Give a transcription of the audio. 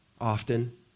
often